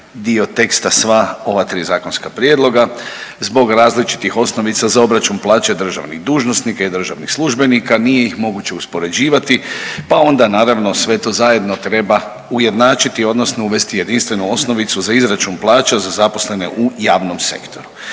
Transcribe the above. dio teksta sva ova tri zakonska prijedloga. Zbog različitih osnovica za obračun plaće državnih dužnosnika i državnih službenika nije ih moguće uspoređivati pa onda naravno sve to zajedno treba ujednačiti odnosno uvesti jedinstvenu osnovicu za izračun plaća za zaposlene u javnom sektoru.